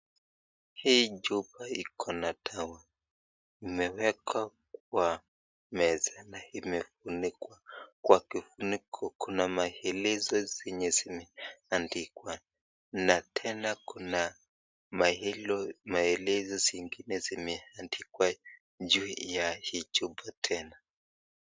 Hii chupa iko na dawa imewekwa kwa meza na imefunikwa, kwa kifuniko luna maelezo yenye imeandikwa na tena kuna maelezo yenye imeandikwa juu ya hii chupa tena.